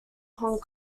hong